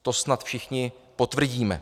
To snad všichni potvrdíme.